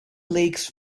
lakes